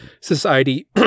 society